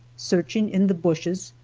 searching in the bushes,